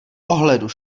ohledu